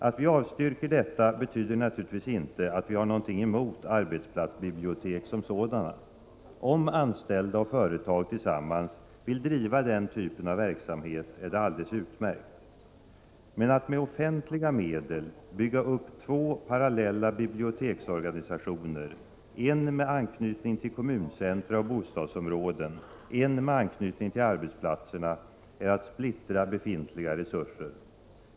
Att vi avstyrker detta betyder naturligtvis inte att vi har någonting emot arbetsplatsbibliotek som sådana. Om anställda och företag tillsammans vill driva den typen av verksamhet är det alldeles utmärkt. Men att med offentliga medel bygga upp två parallella biblioteksorganisationer, en med anknytning till kommuncentra och bostadsområden, en med anknytning till arbetsplatserna, är att splittra befintliga resurser.